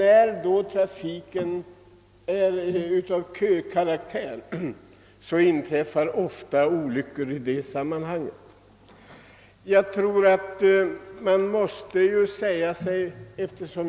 I en trafik av kökaraktär inträffar det ofta olyckor vid omkörningar.